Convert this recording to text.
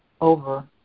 over